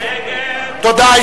תודה.